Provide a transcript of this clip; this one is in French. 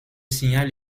signal